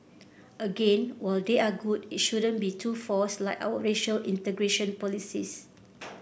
again while they are good it shouldn't be too forced like our racial integration policies